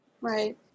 Right